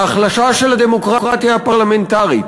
ההחלשה של הדמוקרטיה הפרלמנטרית.